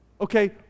Okay